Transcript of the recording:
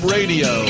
Radio